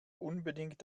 unbedingt